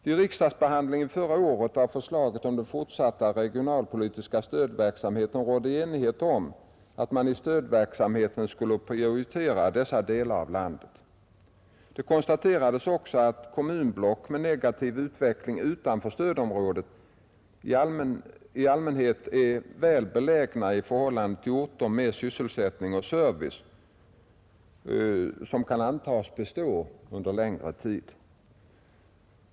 Vid riksdagsbehandlingen förra året av förslaget om den fortsatta regionalpolitiska stödverksamheten rådde enighet om att man i stödverksamheten skulle prioritera dessa delar av landet. Det konstaterades också att kommunblock med negativ utveckling utanför stödområdet i allmänhet är väl belägna i förhållande till orter med sysselsättning och service som kan antas bestå på längre sikt.